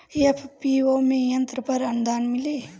FPO में यंत्र पर आनुदान मिँली?